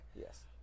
Yes